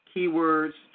Keywords